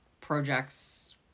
projects